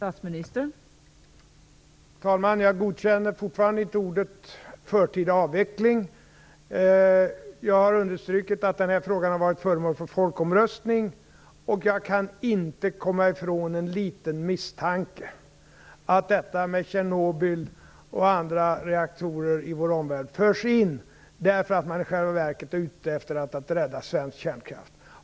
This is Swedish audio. Fru talman! Jag godkänner fortfarande inte orden förtida avveckling. Jag har understrukit att den här frågan har varit föremål för folkomröstning. Jag kan inte komma ifrån en liten misstanke, att Tjernobyl och andra reaktorer i vår omvärld förs in i diskussionen därför att man i själva verket är ute efter att rädda svensk kärnkraft.